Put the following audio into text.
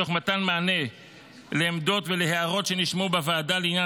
תוך מתן מענה לעמדות ולהערות שנשמעו בוועדה לעניין